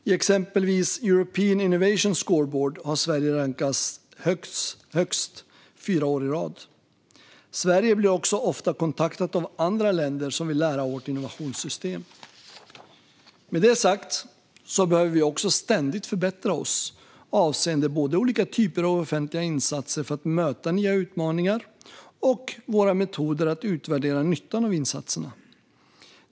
I exempelvis European Innovation Scoreboard har Sverige rankats högst fyra år i rad. Sverige blir också ofta kontaktat av andra länder som vill lära av vårt innovationssystem. Med detta sagt behöver vi också ständigt förbättra oss avseende både olika typer av offentliga insatser för att möta nya utmaningar och våra metoder för att utvärdera nyttan av insatserna.